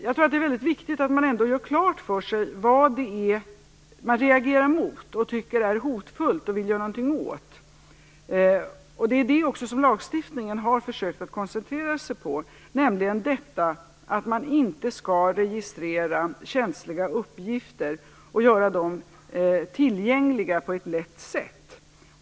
Jag tror att det är väldigt viktigt att man gör klart för sig vad det är man reagerar mot, tycker är hotfullt och vill göra någonting åt. Det är också detta som lagstiftningen har försökt att koncentrera sig på, nämligen att man inte skall registrera känsliga uppgifter och göra dem tillgängliga på ett lätt sätt.